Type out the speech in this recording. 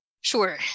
Sure